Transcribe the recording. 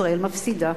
ישראל מפסידה.